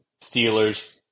Steelers